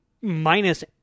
Minus